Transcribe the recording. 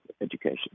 education